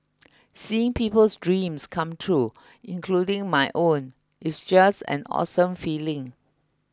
seeing people's dreams come true including my own it's just an awesome feeling